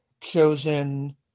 chosen